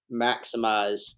maximize